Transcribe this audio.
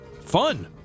fun